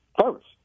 first